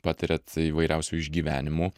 patiriat įvairiausių išgyvenimų